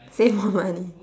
save more money